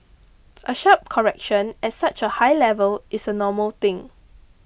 a sharp correction at such a high level is a normal thing